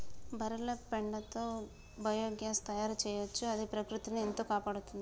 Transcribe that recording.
బర్రెల పెండతో బయోగ్యాస్ తయారు చేయొచ్చు అది ప్రకృతిని ఎంతో కాపాడుతుంది